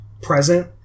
present